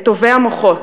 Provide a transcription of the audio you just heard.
את טובי המוחות,